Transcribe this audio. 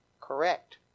correct